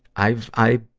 i've i,